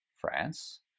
France